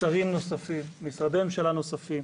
שרים נוספים, משרדי ממשלה נוספים.